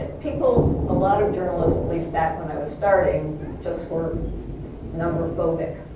people, a lot of journalists, at least back when i was starting just were number-phobic.